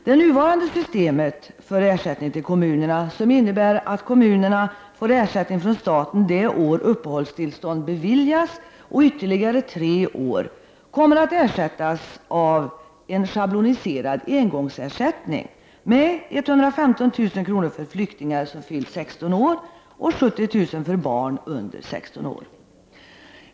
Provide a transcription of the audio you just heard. Det nuvarande systemet för ersättning till kommunerna, som innebär att kommunerna får ersättning från staten det år uppehållstillstånd beviljas samt ytterligare tre år, kommer att ersättas av en schabloniserad engångsersättning med 115 000 kr. för flyktingar som fyllt 16 år och 70 000 kr. för barn under 16 år.